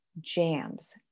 jams